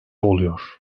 oluyor